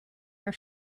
your